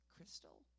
Crystal